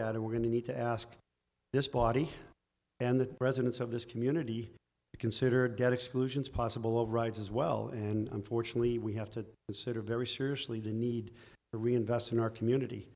that and we're going to need to ask this body and the residents of this community considered get exclusions possible of rights as well and unfortunately we have to consider very seriously the need to reinvest in our community